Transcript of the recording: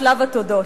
שלב התודות.